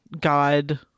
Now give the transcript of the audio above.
god